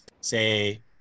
say